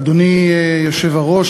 אדוני היושב-ראש,